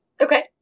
Okay